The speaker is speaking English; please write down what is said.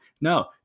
no